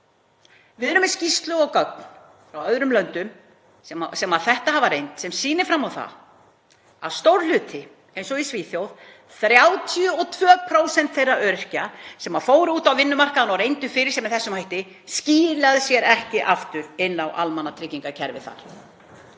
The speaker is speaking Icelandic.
Við erum með skýrslu og gögn frá öðrum löndum sem þetta hafa reynt sem sýnir fram á það að stór hluti — eins og í Svíþjóð, 32% þeirra öryrkja sem fóru út á vinnumarkaðinn og reyndu fyrir sér með þessum hætti skiluðu sér ekki aftur inn í almannatryggingakerfið þar.